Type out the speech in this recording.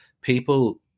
people